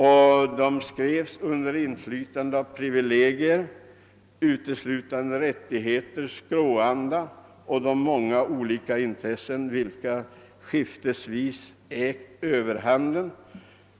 Lagarna skrevs under inflytande av privilegier, uteslutande rättigheter, skråanda och de många olika intressen vilka skiftesvis ägt överhanden.